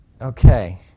Okay